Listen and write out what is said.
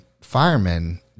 firemen